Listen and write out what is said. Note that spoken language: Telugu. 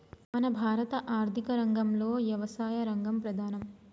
మన భారత ఆర్థిక రంగంలో యవసాయ రంగం ప్రధానం